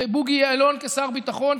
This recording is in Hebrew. ובוגי יעלון כשר ביטחון,